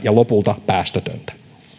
ja lopulta päästötöntä